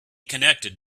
connected